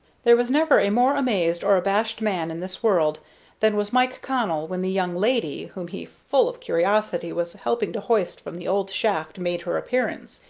there was never a more amazed or abashed man in this world than was mike connell when the young lady whom he, full of curiosity, was helping to hoist from the old shaft made her appearance,